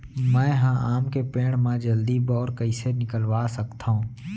मैं ह आम के पेड़ मा जलदी बौर कइसे निकलवा सकथो?